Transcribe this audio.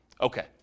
Okay